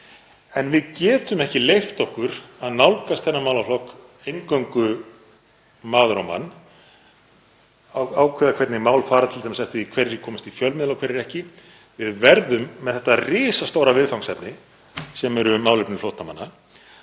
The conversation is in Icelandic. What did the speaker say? En við getum ekki leyft okkur að nálgast þennan málaflokk eingöngu maður á mann, ákveða hvernig mál fara t.d. eftir því hverjir komast í fjölmiðla og hverjir ekki. Við verðum við þetta risastóra viðfangsefni sem málefni flóttamanna